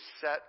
set